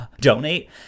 donate